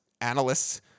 analysts